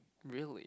really